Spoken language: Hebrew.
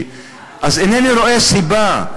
אז אינני רואה סיבה,